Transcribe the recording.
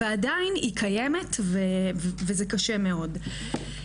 ועדיין היא קיימת וזה קשה מאוד.